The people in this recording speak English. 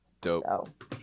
Dope